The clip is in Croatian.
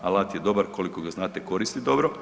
Alat je dobar koliko ga znate koristiti dobro.